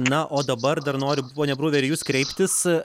na o dabar dar noriu pone bruveri į jus kreiptis